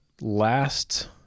Last